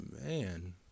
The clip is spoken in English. man